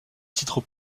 titre